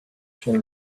sur